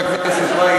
עסקיים,